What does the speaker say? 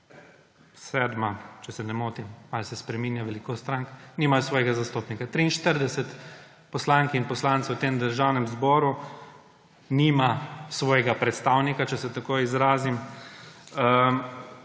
sedma, če se ne motim, malo se spreminja velikost strank, nimajo svojega zastopnika. 43 poslank in poslancev v tem državnem zboru nima svojega predstavnika, če se tako izrazim,